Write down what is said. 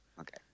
Okay